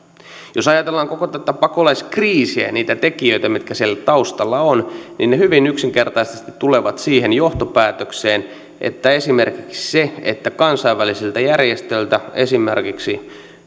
jos ajatellaan koko tätä pakolaiskriisiä niitä tekijöitä mitkä siellä taustalla ovat niin hyvin yksinkertaisesti tullaan siihen johtopäätökseen että esimerkiksi se että kansainvälisiltä järjestöiltä esimerkiksi